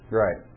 right